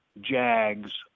jags